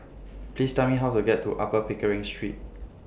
Please Tell Me How to get to Upper Pickering Street